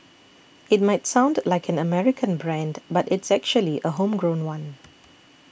it might sound like an American brand but it's actually a homegrown one